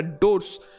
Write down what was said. doors